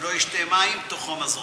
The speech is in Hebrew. ולא ישתה מים בתוך המזון,